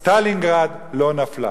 סטלינגרד לא נפלה.